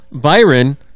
Byron